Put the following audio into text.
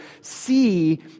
see